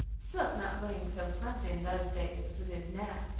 silk not being so plenty in those days as it is now,